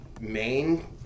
main